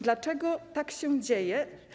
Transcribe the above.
Dlaczego tak się dzieje?